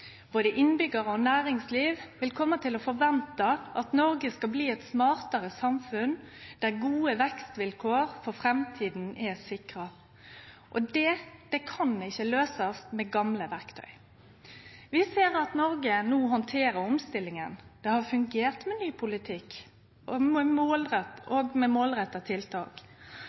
Både innbyggjarar og næringsliv vil kome til å forvente at Noreg skal bli eit smartare samfunn der gode vekstvilkår for framtida er sikra. Det kan ikkje løysast med gamle verktøy. Vi ser at Noreg no handterer omstillinga. Det har fungert med ny politikk og med målretta tiltak: